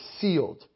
sealed